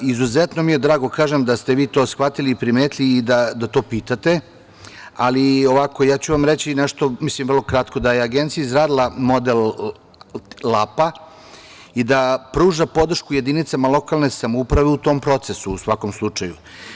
Izuzetno mi je drago, kažem, da ste vi to shvatili, primetili i da to pitate, ali ovako ja ću vam reći, vrlo kratko, da je Agencija izgradila model LAP i da pruža podršku jedinicama lokalne samouprave u tom procesu, u svakom slučaju.